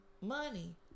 money